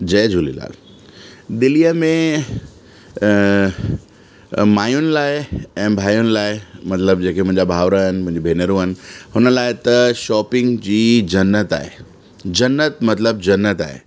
जय झूलेलाल दिल्लीअ में मायुनि लाइ ऐं भायुनि लाइ मतलबु जे के मुंहिंजा भावर आहिनि मुंहिंजी भेनरूं आहिनि हुन लाइ त शॉपिंग जी जन्नत आहे जन्नत मतलबु जन्नत आहे